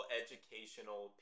educational